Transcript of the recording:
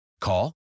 Call